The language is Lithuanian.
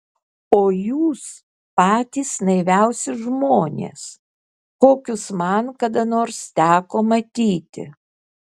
o jūs patys naiviausi žmonės kokius man kada nors teko matyti